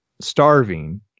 starving